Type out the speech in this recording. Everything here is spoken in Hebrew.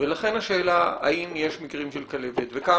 ולכן השאלה האם יש מקרים של כלבת וכמה